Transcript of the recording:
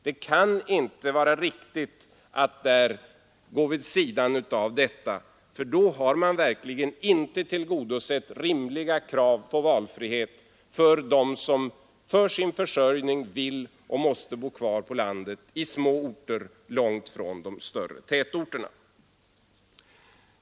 Det kan inte vara riktigt att här gå vid sidan av förslaget, för då har man verkligen inte tillgodosett rimliga krav på valfrihet för dem som för sin försörjning vill och måste bo kvar på landet, i små orter långt från de större tätorterna.